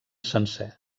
sencer